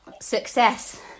success